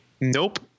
Nope